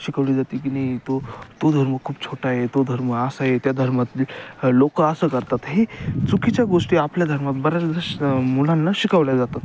शिकवली जाते की नाही तो तो धर्म खूप छोटा आहे तो धर्म असा आहे त्या धर्मात लोकं असं करतात हे चुकीच्या गोष्टी आपल्या धर्मात बऱ्याच्यादा मुलांना शिकावल्या जातात